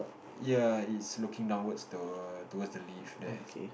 ya it's looking downwards towards the leave there